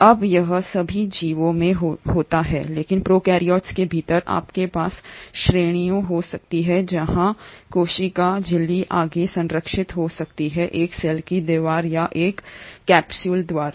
अब यह सभी जीवों में होना है लेकिन प्रोकैरियोट्स के भीतर आपके पास श्रेणियां हो सकती हैं जहां कोशिका झिल्ली आगे संरक्षित हो सकती है एक सेल की दीवार या एक कैप्सूल द्वारा